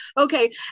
okay